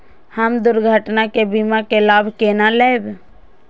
हम दुर्घटना के बीमा के लाभ केना लैब?